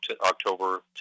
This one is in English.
October